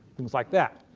things like that.